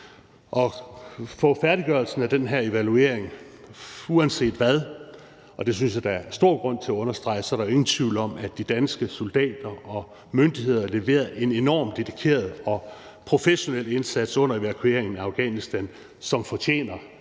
at få færdiggjort den her evaluering. Og uanset hvad – det synes jeg der er stor grund til at understrege – er der ingen tvivl om, at de danske soldater og myndigheder leverede en enormt dedikeret og professionel indsats under evakueringen i Afghanistan, som fortjener